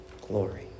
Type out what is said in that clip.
glory